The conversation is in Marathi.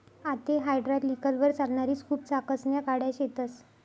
आते हायड्रालिकलवर चालणारी स्कूप चाकसन्या गाड्या शेतस